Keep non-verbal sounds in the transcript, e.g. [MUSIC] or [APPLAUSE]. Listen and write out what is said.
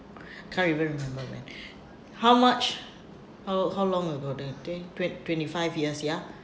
[BREATH] can't even remember when [BREATH] how much how lo~ how long were the day twen~ twenty five years ya